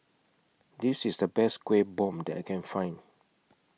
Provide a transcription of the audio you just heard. This IS The Best Kuih Bom that I Can Find